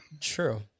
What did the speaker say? True